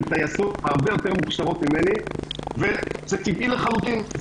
טייסות הרבה יותר מוכשרות ממני וזה טבעי לחלוטין.